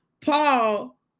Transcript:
Paul